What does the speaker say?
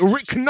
Rick